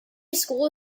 school